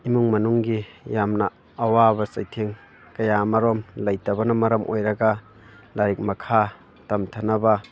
ꯏꯃꯨꯡ ꯃꯅꯨꯡꯒꯤ ꯌꯥꯝꯅ ꯑꯋꯥꯕ ꯆꯩꯊꯦꯡ ꯀꯌꯥ ꯑꯃꯔꯣꯝ ꯂꯩꯇꯕꯅ ꯃꯔꯝ ꯑꯣꯏꯔꯒ ꯂꯥꯏꯔꯤꯛ ꯃꯈꯥ ꯇꯝꯊꯅꯕ